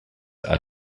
are